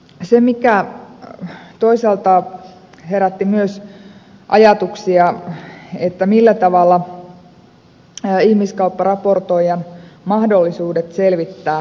se herätti myös ajatuksia siitä mitkä ovat ihmiskaupparaportoijan mahdollisuudet selvittää asioita